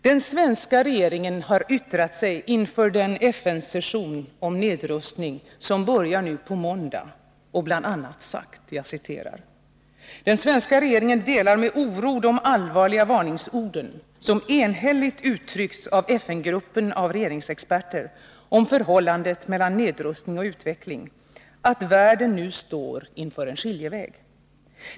Den svenska regeringen har yttrat sig inför den FN:s särskilda nedrustningssession som börjar på måndag och bl.a. sagt: ”Den svenska regeringen delar med oro de allvarliga varningsorden som enhälligt uttryckts av FN-gruppen av regeringsexpert om förhållandet mellan nedrustning och utveckling att världen nu står inför en skiljeväg.